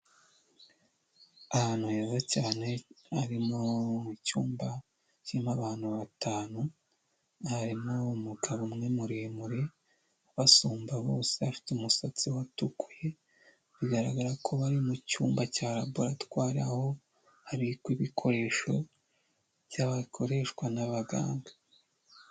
Ahantu heza cyane harimo icyumba kirimo abantu batanu, harimo umugabo umwe muremure ubasumba bose, afite umusatsi watukuye bigaragara ko bari mu cyumba cya laboratwari, aho habikwa ibikoresho by'abakoreshwa n'abaganga.